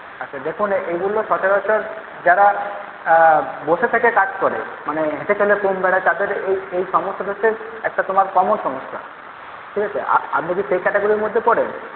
আচ্ছা দেখুন এগুলো সচারচর যারা বসে থেকে কাজ করে মানে হেঁটে চলে কম বেড়ায় তাদের এই এই সমস্যাটা হচ্ছে একটা তোমার কমন সমস্যা ঠিক আছে আপনি কি সেই ক্যাটাগরির মধ্যে পড়েন